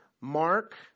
Mark